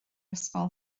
ysgol